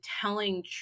telling